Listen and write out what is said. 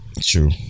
True